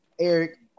Eric